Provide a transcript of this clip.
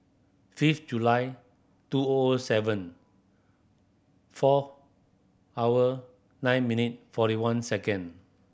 fifth July two O O seven four hour nine minute forty one second